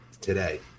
Today